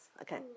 Okay